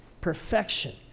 Perfection